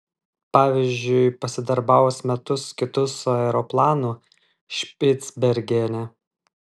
pavyzdžiui pasidarbavus metus kitus su aeroplanu špicbergene